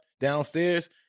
downstairs